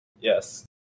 Yes